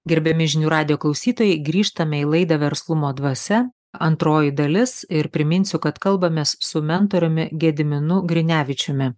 gerbiami žinių radijo klausytojai grįžtame į laidą verslumo dvasia antroji dalis ir priminsiu kad kalbamės su mentoriumi gediminu grinevičiumi